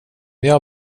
jag